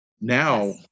Now